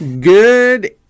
Good